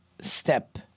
step